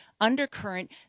undercurrent